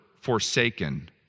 forsaken